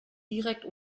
direkt